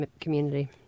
community